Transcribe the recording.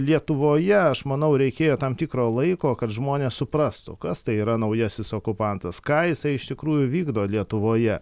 lietuvoje aš manau reikėjo tam tikro laiko kad žmonės suprastų kas tai yra naujasis okupantas ką jisai iš tikrųjų vykdo lietuvoje